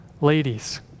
ladies